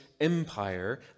empire